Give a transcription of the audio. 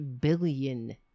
billion